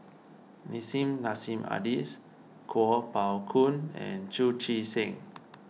Nissim Nassim Adis Kuo Pao Kun and Chu Chee Seng